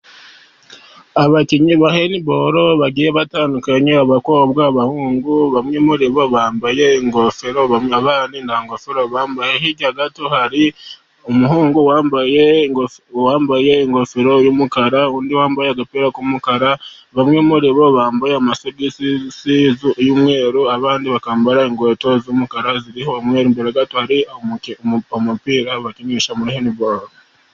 Abakinnyi ba hendibolo bagiye batandukanye. Abakobwa , abahungu bamwe muri bo bambaye ingofero, abandi nta ngofero bambaye. Hirya gato hari umuhungu wambaye ingofero y'umukara undi wambaye agapira k'umukara. Bamwe muri bo bambaye y'umweru abandi bakambara inkweto z'umukara ziriho umwe gato hari umupira bakinisha muri hendibolo.